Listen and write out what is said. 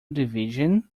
division